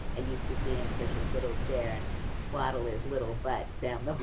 i used to see him push his little chair and waddle his little butt down the